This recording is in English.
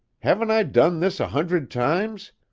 haven't i done this a hundred times?